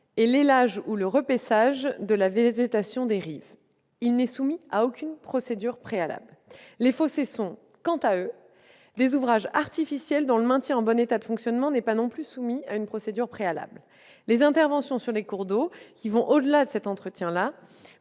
et l'élagage ou recépage de la végétation des rives. Il n'est soumis à aucune procédure préalable. Les fossés sont, quant à eux, des ouvrages artificiels dont le maintien en bon état de fonctionnement n'est pas non plus soumis à une procédure préalable. Les interventions sur les cours d'eau, qui vont au-delà de cet entretien,